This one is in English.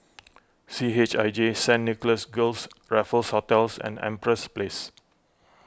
C H I J Saint Nicholas Girls Raffles Hotels and Empress Place